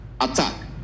Attack